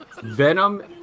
Venom